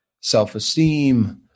self-esteem